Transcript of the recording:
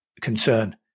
concern